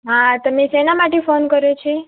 હા તમે શેના માટે ફોન કર્યો છે